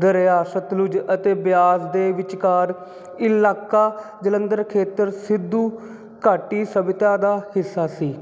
ਦਰਿਆ ਸਤਲੁਜ ਅਤੇ ਬਿਆਸ ਦੇ ਵਿਚਕਾਰ ਇਹ ਇਲਾਕਾ ਜਲੰਧਰ ਖੇਤਰ ਸਿੰਧੂ ਘਾਟੀ ਸਭਿਅਤਾ ਦਾ ਹਿੱਸਾ ਸੀ